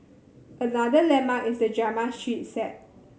another landmark is the drama street set